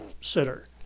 sitter